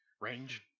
range